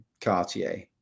Cartier